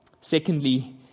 Secondly